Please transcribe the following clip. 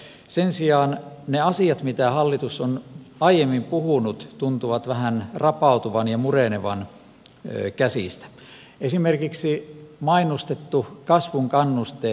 sen sijaan ne asiat mitä hallitus on aiemmin puhunut tuntuvat vähän rapautuvan ja murenevan käsistä esimerkiksi mainostetut kasvun kannusteet